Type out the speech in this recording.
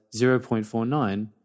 0.49